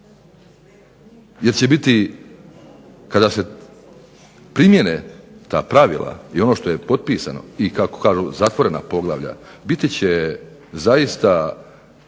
Jer će biti kada se primijene ta pravila i ono što je potpisano i kako kažu zatvorena poglavlja, biti će zaista